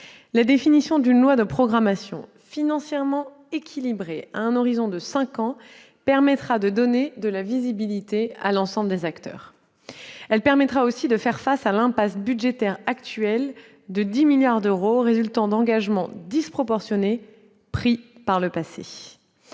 La définition d'une loi de programmation, financièrement équilibrée à un horizon de cinq ans, permettra de donner de la visibilité à l'ensemble des acteurs. Elle permettra aussi de faire face à l'impasse budgétaire actuelle de 10 milliards d'euros résultant d'engagements disproportionnés pris par le passé.